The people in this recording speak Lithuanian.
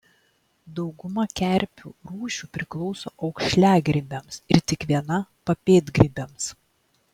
dauguma kerpių rūšių priklauso aukšliagrybiams ir tik viena papėdgrybiams